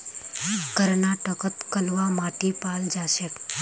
कर्नाटकत कलवा माटी पाल जा छेक